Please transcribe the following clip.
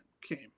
came